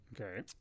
Okay